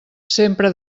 sempre